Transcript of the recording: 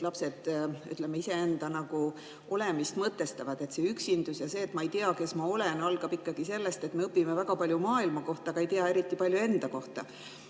lapsed iseenda olemist mõtestavad – see üksindus ja see, et ma ei tea, kes ma olen –, algab ikkagi sellest, et me õpime väga palju maailma kohta, aga ei tea eriti palju enda kohta.